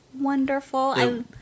wonderful